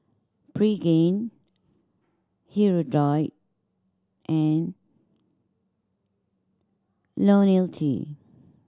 Pregain Hirudoid and Ionil T